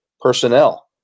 personnel